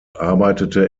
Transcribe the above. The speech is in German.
arbeitete